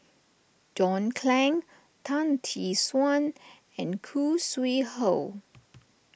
John Clang Tan Tee Suan and Khoo Sui Hoe